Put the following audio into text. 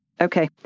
Okay